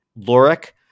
Lorik